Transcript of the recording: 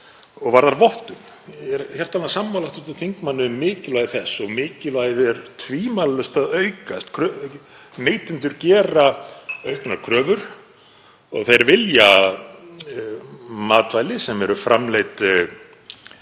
og varðar vottun. Ég er hjartanlega sammála hv. þingmanni um mikilvægi þess og mikilvægið er tvímælalaust að aukast. Neytendur gera auknar kröfur og vilja matvæli sem eru framleidd